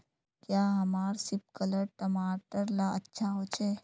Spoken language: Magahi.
क्याँ हमार सिपकलर टमाटर ला अच्छा होछै?